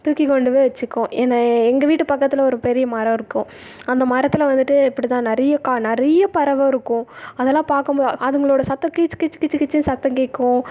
தூக்கி கொண்டி போய் வச்சிக்கும் என்ன எங்கள் வீட்டு பக்கத்தில் ஒரு பெரிய மரம் இருக்கும் அந்த மரத்தில் வந்துட்டு இப்படிதான் நிறைய க நிறைய பறவை இருக்கும் அதெலாம் பார்க்குமோ அதுங்களோட சத்தம் கீச் கீச் கீச் கீச்சின்னு சத்தம் கேட்கும்